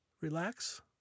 relax